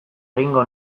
egingo